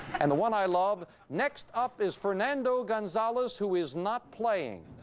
and the one i love, next up is fernando gonzalez who is not playing.